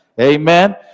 Amen